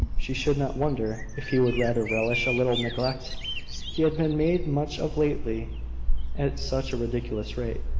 she should not wonder if he would rather relish a little neglect he had been made much of lately at such a ridiculous rate.